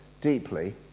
deeply